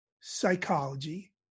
psychology